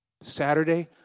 Saturday